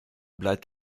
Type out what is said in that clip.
bleibt